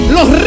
los